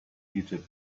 egypt